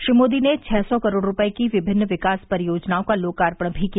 श्री मोदी ने छह सौ करोड़ रूपये की विभिन्न विकास परियोजनाओं का लोकार्पण भी किया